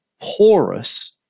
Porous